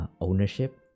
ownership